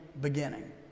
beginning